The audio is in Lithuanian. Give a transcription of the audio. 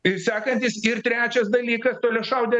ir sekantis ir trečias dalykas toliašaudė